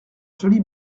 joli